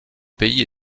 pays